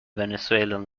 venezuelan